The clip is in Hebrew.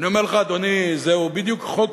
אני אומר לך, אדוני, זהו בדיוק חוק